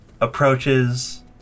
approaches